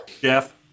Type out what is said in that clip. Jeff